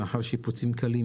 לאחר שיפוצים קלים,